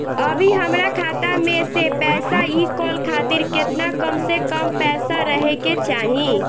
अभीहमरा खाता मे से पैसा इ कॉल खातिर केतना कम से कम पैसा रहे के चाही?